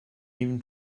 even